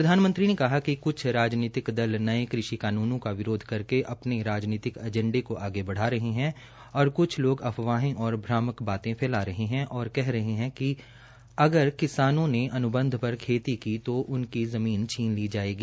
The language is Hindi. प्रधानमंत्री ने कहा कि कुछ राजनीतिक दल नये कृषि कानूनों का विरोध करके अपने राजनीति एजेंडे को आगे बढ़ा रहे है और क्छ लोग अफवाहों और भ्रामक बाते फैला रहे है और कहा है कि अगर किसानों ने अन्बंध पर खेती की जो उनकी ज़मीन छीन ली जायेगी